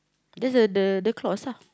that's the the clause ah